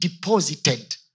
deposited